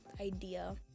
idea